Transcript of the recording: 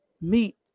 meet